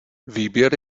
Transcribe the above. výběr